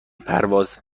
پرواز